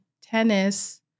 tennis